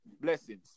Blessings